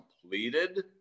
completed